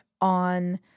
on